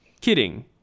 kidding